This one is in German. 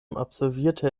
absolvierte